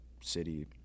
city